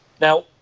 Now